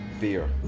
beer